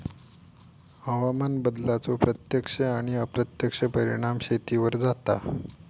हवामान बदलाचो प्रत्यक्ष आणि अप्रत्यक्ष परिणाम शेतीवर जाता